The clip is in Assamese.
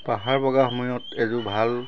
পাহাৰ বগাব সময়ত এযোৰ ভাল